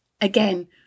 Again